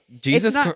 Jesus